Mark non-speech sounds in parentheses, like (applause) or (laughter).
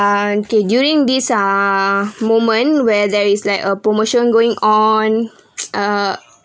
ah okay during these ah moment where there is like a promotion going on (noise) uh